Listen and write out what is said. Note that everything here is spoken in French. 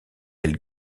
elle